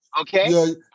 Okay